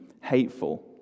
hateful